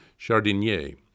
Chardinier